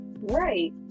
right